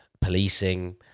policing